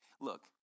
Look